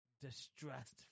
distressed